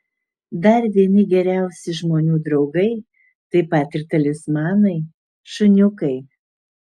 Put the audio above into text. dar vieni geriausi žmonių draugai taip pat ir talismanai šuniukai